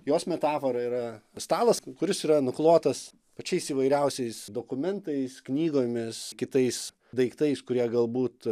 jos metafora yra stalas kuris yra nuklotas pačiais įvairiausiais dokumentais knygomis kitais daiktais kurie galbūt